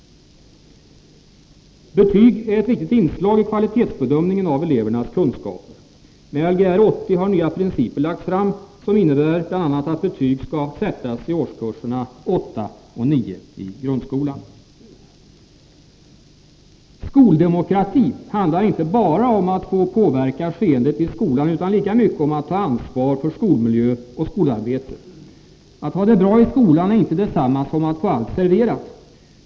Betyg är ett viktigt inslag i kvalitetsbedömningen av elevernas kunskaper. Med Ler 80 har nya principer lagts fram, som bl.a. innebär att betyg skall sättas i årskurserna 8 och 9 i grundskolan. Skoldemokrati handlar inte bara om att få påverka skeendet i skolan utan lika mycket om att ta ansvar för skolmiljö och skolarbete. Att ha det bra i skolan är inte detsamma som att få allt serverat.